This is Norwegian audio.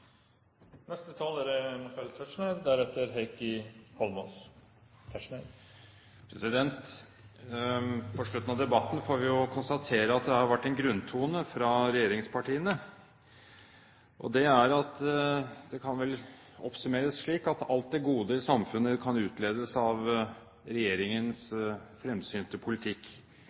På slutten av debatten får vi jo konstatere at grunntonen fra regjeringspartiene vel kan oppsummeres slik at alt det gode i samfunnet kan utledes av regjeringens fremsynte politikk,